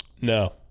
No